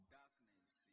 darkness